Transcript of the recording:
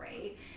right